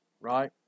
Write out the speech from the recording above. right